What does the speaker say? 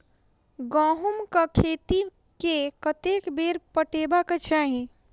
गहुंमक खेत केँ कतेक बेर पटेबाक चाहि?